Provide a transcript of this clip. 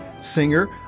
singer